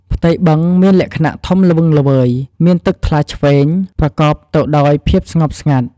ផ្ទៃបឹងមានលក្ខណ:ធំល្វឹងល្វើយ មានទឹកថ្លាឈ្វេង ប្រកបទៅដោយសភាពស្ងប់ស្ងាត់។